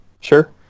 sure